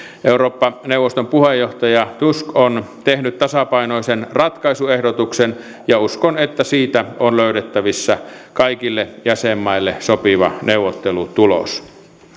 eurooppa neuvoston puheenjohtaja tusk on tehnyt tasapainoisen ratkaisuehdotuksen ja uskon että siitä on löydettävissä kaikille jäsenmaille sopiva neuvottelutulos